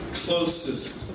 closest